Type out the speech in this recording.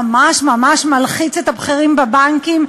ממש ממש מלחיץ את הבכירים בבנקים,